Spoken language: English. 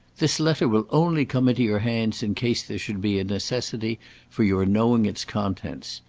this letter will only come into your hands in case there should be a necessity for your knowing its contents.